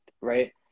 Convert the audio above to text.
right